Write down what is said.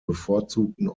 bevorzugten